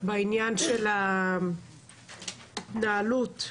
בעניין ההתנהלות.